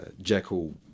Jekyll